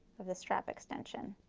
of the strap extension.